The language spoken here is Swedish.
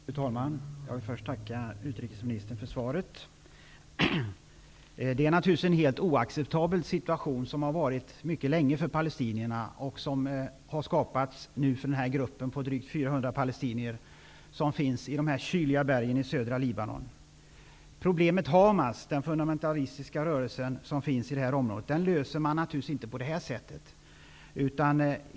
Fru talman! Jag vill först tacka utrikesministern för svaret. Det är naturligtvis en helt oacceptabel situation som palestinierna mycket länge har befunnit sig i och som nu råder för den här gruppen av drygt 400 palestinier som finns i de kyliga bergsområdena i södra Libanon. Problemet med Hamas -- den fundamentalistiska rörelsen som finns i området -- löser man naturligtvis inte på det här sättet.